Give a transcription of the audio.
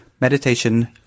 Meditation